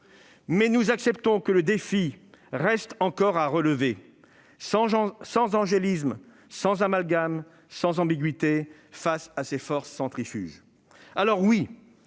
mais nous prétendons que le défi est encore à relever, sans angélisme, sans amalgame, sans ambiguïté face à ces forces centrifuges.